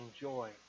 joy